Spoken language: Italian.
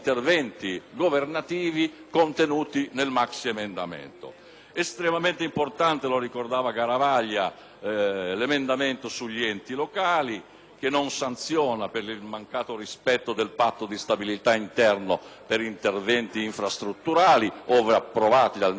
Estremamente importante, lo ricordava il senatore Garavaglia, l'emendamento sugli enti locali, che non sanziona il mancato rispetto del patto di stabilità interno per interventi infrastrutturali ove approvati dal Ministero dell'economia e dalla Conferenza